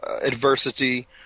adversity